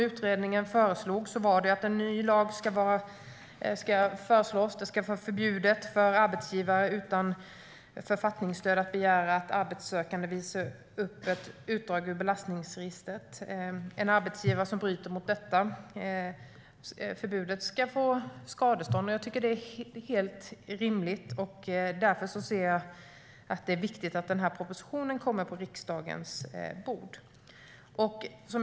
Utredningen föreslog att en ny lag ska föreslås. Det ska vara förbjudet för arbetsgivare att utan författningsstöd begära att arbetssökande visar upp ett utdrag ur belastningsregistret. En arbetsgivare som bryter mot det förbudet ska kunna få betala skadestånd. Jag tycker att detta är helt rimligt, och därför anser jag att det är viktigt att denna proposition kommer på riksdagens bord.